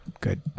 Good